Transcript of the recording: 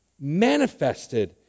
manifested